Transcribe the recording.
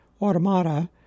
automata